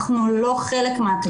אנחנו לא חלק מהתקציב.